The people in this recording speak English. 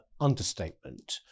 understatement